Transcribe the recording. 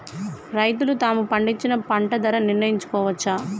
రైతులు తాము పండించిన పంట ధర నిర్ణయించుకోవచ్చా?